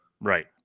Right